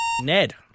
Ned